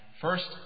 first